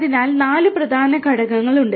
അതിനാൽ നാല് പ്രധാന ഘടകങ്ങൾ ഉണ്ട്